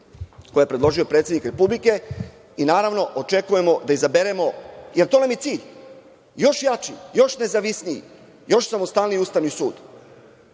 koje je predložio predsednik Republike. Naravno, očekujemo da izaberemo, jer to nam je cilj, još jači, još nezavisniji, još samostalniji Ustavni sud.